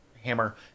Hammer